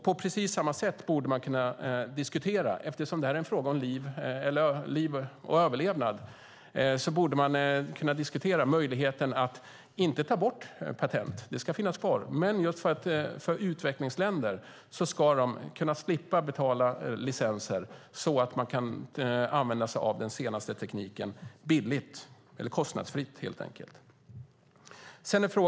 På precis samma sätt borde man kunna diskutera, eftersom det här är en fråga om överlevnad, möjligheten, inte att ta bort patent - de ska finnas kvar - för utvecklingsländer att slippa betala licenser så att de kan använda sig av den senaste tekniken billigt eller helt enkelt kostnadsfritt.